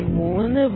3 വരെ